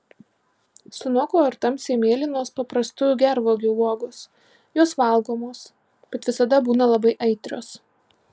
sunoko ir tamsiai mėlynos paprastųjų gervuogių uogos jos valgomos bet visada būna labai aitrios